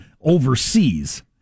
overseas